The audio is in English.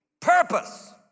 Purpose